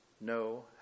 no